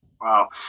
Wow